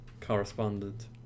correspondent